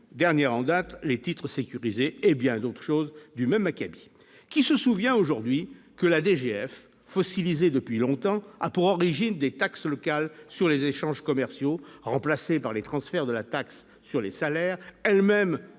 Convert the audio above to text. dernière en date, les titres sécurisés et bien d'autres choses du même acabit, qui se souvient aujourd'hui que la DGF fossilisé depuis longtemps, a pour origine des taxes locales sur les échanges commerciaux remplacé par les transferts de la taxe sur les salaires, elles-mêmes, même